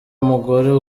mugore